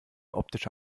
optische